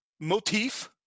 Motif